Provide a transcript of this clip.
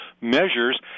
measures